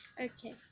Okay